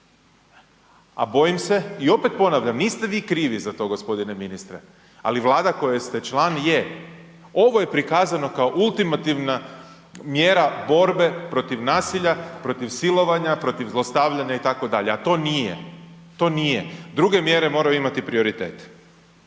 a bojim se i opet ponavljam, niste vi krivi za to gospodine ministre, ali Vlada koje ste član je. Ovo je prikazano kao ultimativna mjera borbe protiv nasilja, protiv silovanja, protiv zlostavljanja itd., a to nije, to nije. Druge mjere moraju imati prioritet.